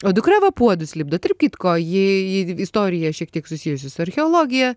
o dukra va puodus lipdo tarp kitko jei istorija šiek tiek susijusi su archeologija